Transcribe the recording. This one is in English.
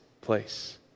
place